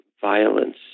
violence